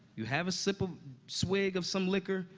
you have a sip of swig of some liquor,